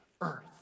earth